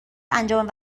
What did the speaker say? انجام